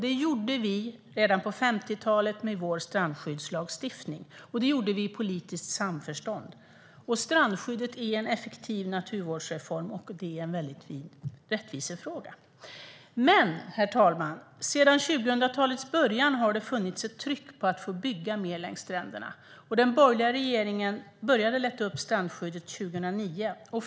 Det gjorde vi redan på 50-talet med vår strandskyddslagstiftning. Och det gjorde vi i politiskt samförstånd. Strandskyddet är en effektiv naturvårdsreform och en fin rättvisefråga. Herr talman! Sedan 2000-talets början har det funnits ett tryck på att få bygga mer längs stränderna. Den borgerliga regeringen började lätta upp strandskyddet 2009.